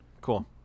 cool